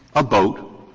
a boat,